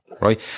right